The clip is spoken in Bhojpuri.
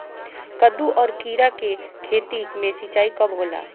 कदु और किरा के खेती में सिंचाई कब होला?